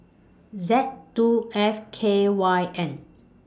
Z two F K Y N